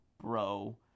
bro